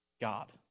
God